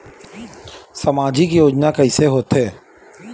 सामजिक योजना कइसे होथे?